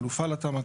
חלופה לתמ"א,